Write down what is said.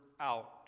out